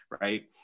right